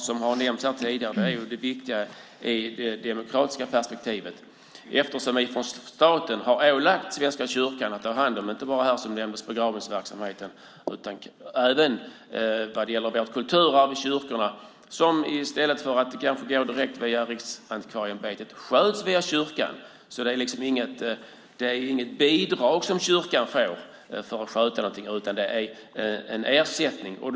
Som har nämnts här tidigare är det ju det som är viktigt ur det demokratiska perspektivet eftersom vi från staten har ålagt Svenska kyrkan att ha hand om, inte bara som nämndes här, begravningsverksamheten, utan även vårt kulturarv i kyrkorna som i stället för att kanske gå via Riksantikvarieämbetet sköts via kyrkan. Det är inget bidrag som kyrkan får för att sköta det, utan det är en ersättning.